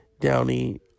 Downey